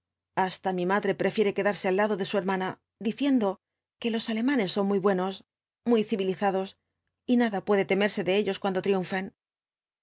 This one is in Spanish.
hasta mi madre prefiere quedarse al lado de su hermana diciendo que los alemanes son muy buenos muy civilizados y nada puede temerse de ellos cuando triunfen al